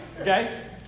Okay